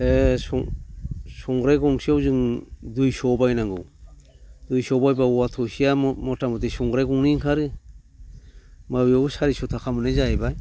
संग्राइ गंसेयाव जों दुइस' बायनांगौ दुइस' बायबा औवा थसेया मथा मथि संग्राइ गंनै ओंखारो होनबा बेयावबो सारिस' थाखा मोननाय जाहैबाय